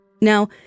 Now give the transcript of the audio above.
Now